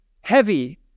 heavy